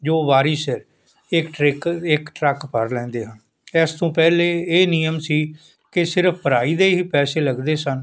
ਜੋ ਵਾਰੀ ਸਿਰ ਇੱਕ ਟਰਿਕ ਇੱਕ ਟਰੱਕ ਭਰ ਲੈਂਦੇ ਹਨ ਇਸ ਤੋਂ ਪਹਿਲੇ ਇਹ ਨਿਯਮ ਸੀ ਕਿ ਸਿਰਫ ਭਰਾਈ ਦੇ ਹੀ ਪੈਸੇ ਲੱਗਦੇ ਸਨ